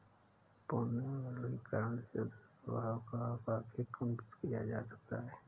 पुनर्वनीकरण से प्रदुषण का प्रभाव काफी कम किया जा सकता है